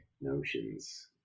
notions